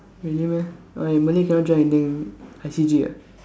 really meh why Malay cannot join Indian I_C_G ah